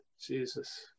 Jesus